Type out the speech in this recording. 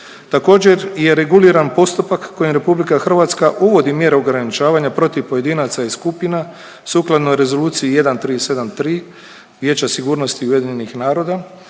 Također je reguliran postupak kojim RH uvodi mjere ograničavanja protiv pojedinaca i skupina sukladno Rezoluciji 1373 Vijeća sigurnosti UN-a, a zakonom